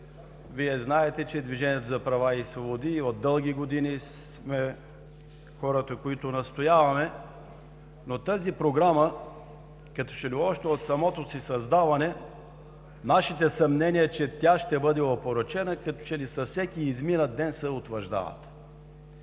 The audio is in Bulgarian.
Знаете, че Движението за права и свободи от дълги години сме хората, които настояваме. Още от самото си създаване – нашите съмнения, че тя ще бъде опорочена, като че ли с всеки изминат ден се утвърждават.